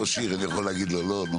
ראש עיר, אני יכול להגיד לו לא?